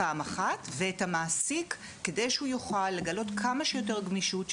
פעם אחת ואת המעסיק כדי שהוא יוכל לגלות כמה שיותר גמישות,